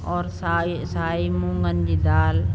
और साए साइ मुङनि जी दालि